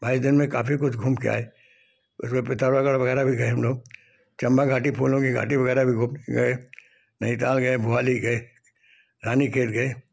बाईस दिन में काफ़ी कुछ घुम के आए उसमें पितामागढ़ वगैरह भी गए हम लोग चंबा घाटी फूलों की घाटी वगैरह भी घुमने गए नैनीताल गए भवाली गए रानीखेत गए